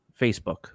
Facebook